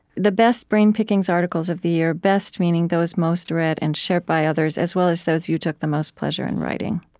the best brain pickings articles of the year best meaning those most read and shared by others as well as those you took the most pleasure in writing.